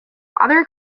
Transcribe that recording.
other